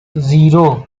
zero